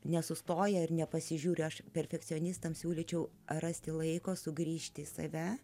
nesustoja ir nepasižiūri aš perfekcionistams siūlyčiau rasti laiko sugrįžti į save